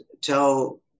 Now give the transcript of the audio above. tell